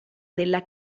della